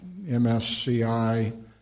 MSCI